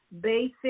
basic